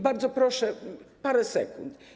Bardzo proszę, parę sekund.